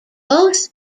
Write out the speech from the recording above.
both